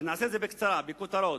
אז אעשה את זה בקצרה, בכותרות,